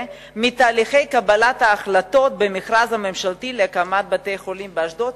מתהליכי קבלת ההחלטות במכרז הממשלתי להקמת בית-החולים באשדוד,